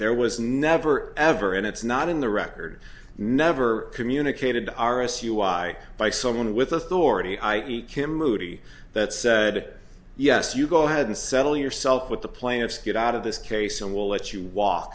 there was never ever and it's not in the record never communicated to r s u why by someone with authority i e kim moody that said yes you go ahead and settle yourself with the plaintiffs get out of this case and we'll let you walk